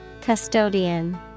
Custodian